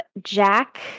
jack